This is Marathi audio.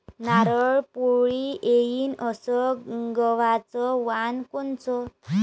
नरम पोळी येईन अस गवाचं वान कोनचं?